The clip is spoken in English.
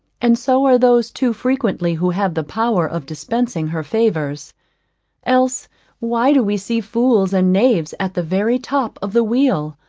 and so are those too frequently who have the power of dispensing her favours else why do we see fools and knaves at the very top of the wheel,